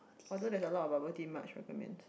although there is a lot of bubble tea much recommend